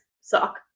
suck